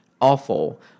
awful